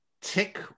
tick